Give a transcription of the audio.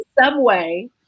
subway